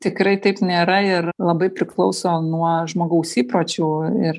tikrai taip nėra ir labai priklauso nuo žmogaus įpročių ir